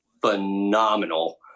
phenomenal